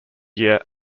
year